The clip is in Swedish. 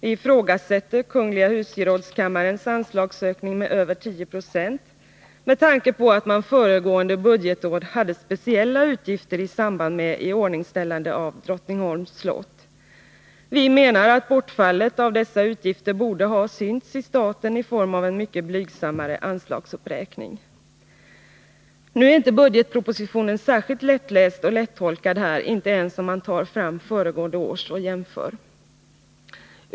Vi ifrågasätter kungl. husgerådskammarens anslagsökning med över 10 76 med tanke på att man föregående budgetår hade speciella utgifter i samband med iordningställandet av Drottningholms slott. Vi menar att bortfallet av dessa utgifter borde ha synts i staten i form av en mycket blygsammare anslagsuppräkning. Nu är inte budgetpropositionen särskilt lättläst och lättolkad här, inte ens om man tar fram föregående års och jämför.